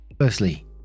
firstly